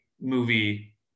movie